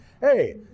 hey